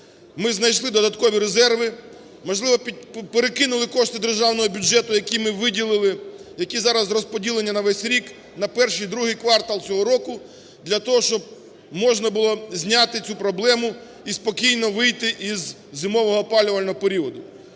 ми знайшли додаткові резерви, можливо, перекинули кошти державного бюджету, які ми виділили, які зараз розподілені на весь рік, на І-ІІ квартал цього року для того, щоб можна було зняти цю проблему і спокійно вийти із зимового опалювального періоду.